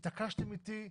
התעקשתם איתי,